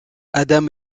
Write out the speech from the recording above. adam